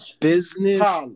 business